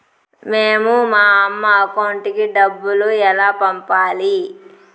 మేము మా అమ్మ అకౌంట్ కి డబ్బులు ఎలా పంపాలి